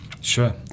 Sure